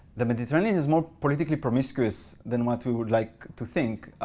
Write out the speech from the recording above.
the mediterranean is more politically promiscuous than what we would like to think.